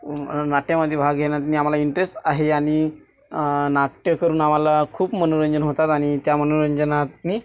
नाट्यामध्ये भाग घेण्यातून आम्हाला इंट्रेस्ट आहे आणि नाट्य करून आम्हाला खूप मनोरंजन होतात आणि त्या मनोरंजनातून